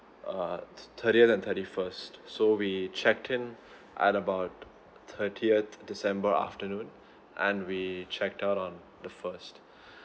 err thirtieth and thirty first so we checked in at about thirtieth december afternoon and we checked out on the first